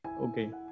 Okay